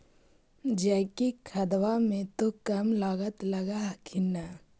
जैकिक खदबा मे तो कम लागत लग हखिन न?